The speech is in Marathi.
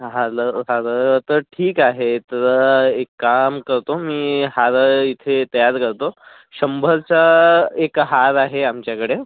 हालं हार तर ठीक आहेत तर एक काम करतो मी हार इथे तयार करतो शंभरच्या एक हार आहे आमच्याकडे